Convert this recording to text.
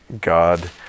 God